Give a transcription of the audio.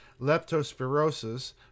leptospirosis